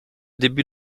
début